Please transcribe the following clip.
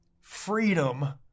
freedom